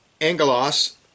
angelos